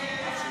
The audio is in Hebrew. ההצעה